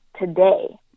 today